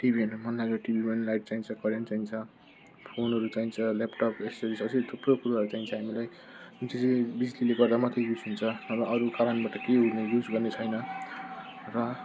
TV हेर्नु मनलाग्यो भने टिभीमा पनि लाइट चाहिन्छ करेन्ट चाहिन्छ फोनहरू चाहिन्छ ल्यापटप अझै थुप्रो कुरोहरू चाहिन्छ हामीलाई जुन चाहिँ चाहिँ बिजुलीले गर्दा मात्रै युज हुन्छ नभए अरू कारणबाट केही युज गर्ने छैन र